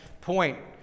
point